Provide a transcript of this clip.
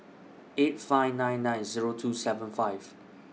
eight five nine nine Zero two seven five